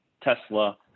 Tesla